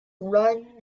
run